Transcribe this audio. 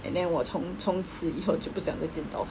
and then 我从从此以后就不想就不想再见到